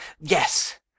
yes